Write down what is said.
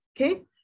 Okay